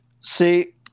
See